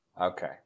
Okay